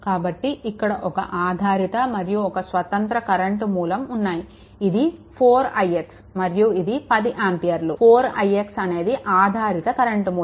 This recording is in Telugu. కాబట్టి ఇక్కడ ఒక ఆధారిత మరియు ఒక స్వతంత్ర కరెంట్ మూలం ఉన్నాయి ఇది 4ix మరియు ఇది 10 ఆంపియర్లు 4ix అనేది ఆధారిత కరెంట్ మూలం